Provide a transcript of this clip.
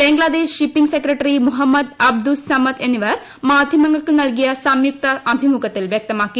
Bangladesh shipping secretary Muhammad Abdus Samad എന്നിവർ മാധ്യമങ്ങൾക്ക് നൽകിയ സംയുക്ത അഭിമുഖത്തിൽ വൃക്തമാക്കി